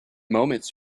moments